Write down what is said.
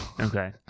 Okay